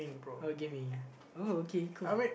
oh okay cool